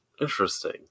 interesting